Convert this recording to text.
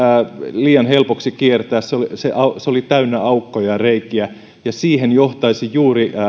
liian helpoksi kiertää se se oli täynnä aukkoja ja reikiä ja juuri siihen johtaisi